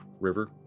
River